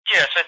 Yes